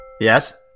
Yes